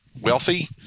wealthy